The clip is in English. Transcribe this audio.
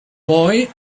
boy